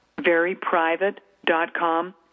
veryprivate.com